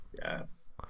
Yes